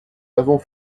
l’avons